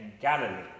Galilee